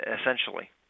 Essentially